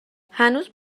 هنوزم